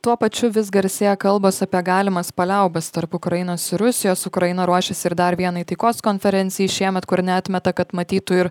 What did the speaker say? tuo pačiu vis garsėja kalbos apie galimas paliaubas tarp ukrainos ir rusijos ukraina ruošiasi ir dar vienai taikos konferencijai šiemet kur neatmeta kad matytų ir